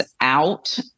out